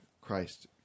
Christ